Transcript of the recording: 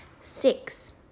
Six